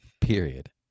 Period